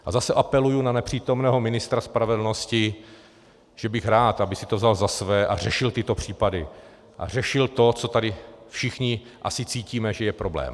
A zase apeluji na nepřítomného ministra spravedlnosti, že bych rád, aby si to vzal za své a řešil tyto případy a řešil to, co tady všichni asi cítíme, že je problém.